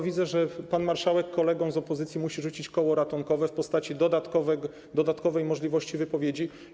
Widzę, że pan marszałek kolegom z opozycji musi rzucić koło ratunkowe w postaci dodatkowej możliwości wypowiedzi.